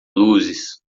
luzes